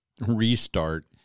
restart